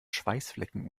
schweißflecken